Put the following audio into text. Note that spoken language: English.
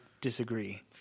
disagree